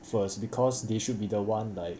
first because they should be the one like